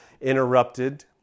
interrupted